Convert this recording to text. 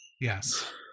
Yes